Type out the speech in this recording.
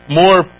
more